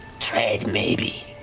trade maybe.